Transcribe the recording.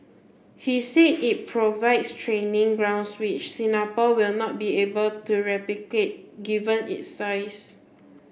he said it provides training ground which Singapore will not be able to replicate given it size